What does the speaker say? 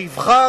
שיבחר,